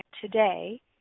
today